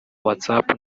whatsapp